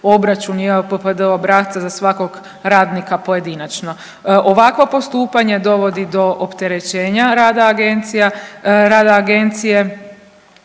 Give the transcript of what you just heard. obračun JOPPD obrasca za svakog radnika pojedinačno. Ovakvo postupanje dovodi do opterećenja rada agencija,